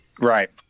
Right